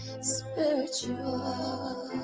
spiritual